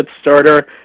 starter